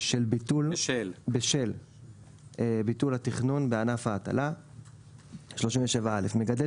בשל ביטול התכנון בענף ההטלה 37א. מגדל